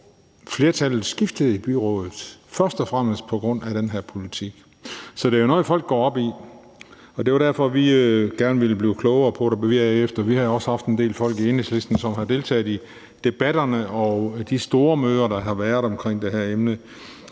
flertallet i byrådet skiftede først og fremmest på grund af den her politik, så det er jo noget, folk går op i. Det var derfor, vi gerne ville blive klogere på det bagefter. Vi har også haft en del folk i Enhedslisten, som har deltaget i debatterne og de store møder, der har været omkring det her emne.